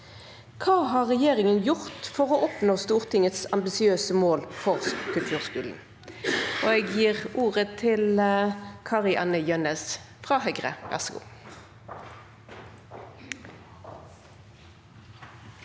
Hva har regjeringen gjort for å oppnå Stortingets ambisiøse mål for kulturskolen?»